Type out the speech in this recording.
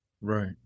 Right